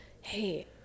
hey